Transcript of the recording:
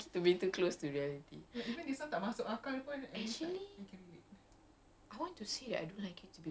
rasa macam escapism which I'm like oh macam I don't like to be too close to reality